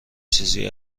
چیزی